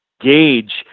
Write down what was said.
gauge